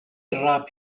الراب